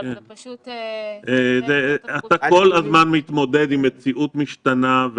אבל זה פשוט --- אתה כל הזמן מתמודד עם מציאות משתנה.